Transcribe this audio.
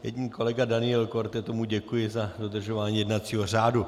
Jedině kolega Daniel Korte, tomu děkuji za dodržování jednacího řádu.